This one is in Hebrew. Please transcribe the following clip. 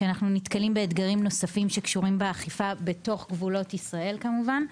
שאנחנו נתקלים באתגרים נוספים שקשורים באכיפה בתוך גבולות ישראל כמובן,